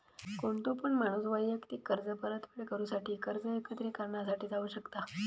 कोणतो पण माणूस वैयक्तिक कर्ज परतफेड करूसाठी कर्ज एकत्रिकरणा साठी जाऊ शकता